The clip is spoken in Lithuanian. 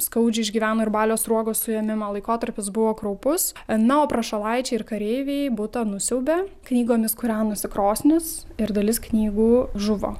skaudžiai išgyveno ir balio sruogos suėmimo laikotarpis buvo kraupus na o prašalaičiai ir kareiviai butą nusiaubė knygomis kūrenosi krosnis ir dalis knygų žuvo